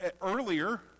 earlier